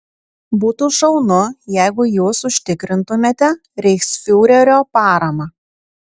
būtų šaunu jeigu jūs užsitikrintumėte reichsfiurerio paramą